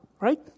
right